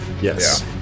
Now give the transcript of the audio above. Yes